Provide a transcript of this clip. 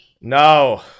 No